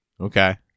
Okay